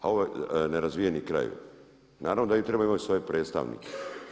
A ovi nerazvijeni krajevi, naravno da bi trebali imati svoje predstavnike.